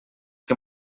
que